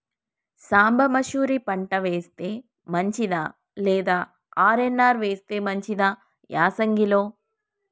సాంబ మషూరి పంట వేస్తే మంచిదా లేదా ఆర్.ఎన్.ఆర్ వేస్తే మంచిదా యాసంగి లో?